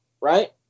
right